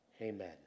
Amen